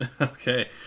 Okay